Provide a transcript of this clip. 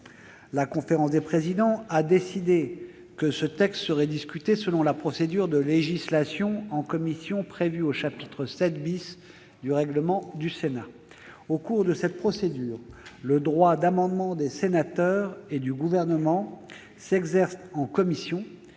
La conférence des présidents a décidé que ce texte serait discuté selon la procédure de législation en commission prévue au chapitre VII du règlement du Sénat. Au cours de cette procédure, le droit d'amendement des sénateurs et du Gouvernement s'exerce en commission,